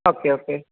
okay okay